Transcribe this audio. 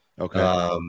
Okay